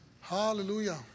Hallelujah